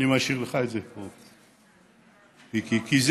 אני משאיר לך את זה פה, מיקי.